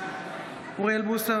בעד אוריאל בוסו,